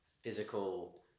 physical